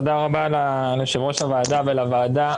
תודה רבה ליושב ראש הוועדה ולוועדה,